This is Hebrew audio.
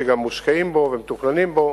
שגם מושקעים בו ומתוכננים בו